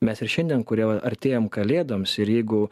mes ir šiandien kurie artėjam kalėdoms ir jeigu